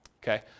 Okay